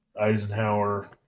Eisenhower